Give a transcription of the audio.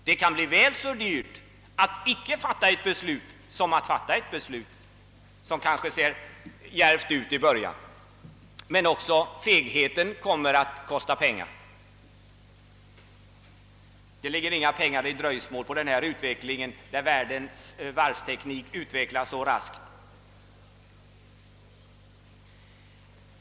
Det kan bli väl så dyrt att fatta ett beslut som att icke fatta ett beslut, vilket kanske till en början ser djärvt ut. Också fegheten kan kosta pengar. Det är inga pengar att vinna på dröjsmål i denna utveckling, när varvstekniken i världen går så raskt framåt.